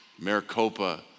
Maricopa